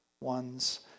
ones